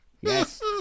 yes